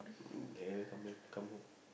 there come here come home